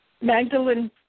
Magdalene